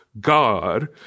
God